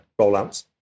rollouts